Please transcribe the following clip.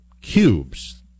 cubes